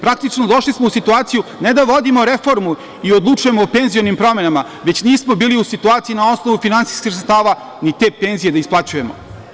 Praktično, došli smo u situaciju ne da vodimo reformu i odlučujemo o penzionim promenama, već nismo bili u situaciji na osnovu finansijskih sredstava ni te penzije da isplaćujemo.